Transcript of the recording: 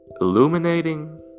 illuminating